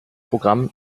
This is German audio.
programm